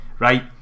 right